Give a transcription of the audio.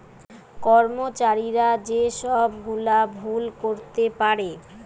কর্মচারীরা যে সব গুলা ভুল করতে পারে